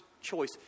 choice